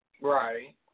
Right